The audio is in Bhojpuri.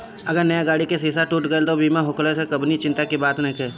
अगर नया गाड़ी के शीशा टूट गईल त बीमा होखला से कवनी चिंता के बात नइखे